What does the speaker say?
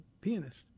pianist